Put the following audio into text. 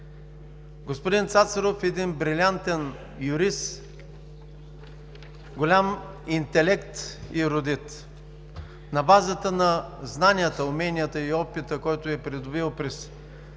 Господин Цацаров е един брилянтен юрист, голям интелект и ерудит. На базата на знанията, уменията и опита, който е придобил през всичките